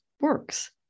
works